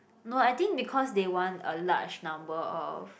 no I think because they want a large number of